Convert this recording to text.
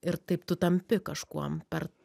ir taip tu tampi kažkuom per